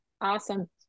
Awesome